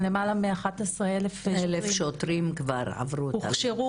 למעלה מ-11,000 שוטרים הוכשרו -- 1,000 שוטרים כבר עברו את ההכשרה.